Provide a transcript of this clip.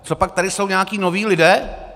Copak tady jsou nějací noví lidé?